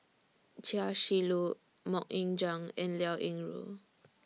Chia Shi Lu Mok Ying Jang and Liao Yingru